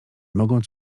mogąc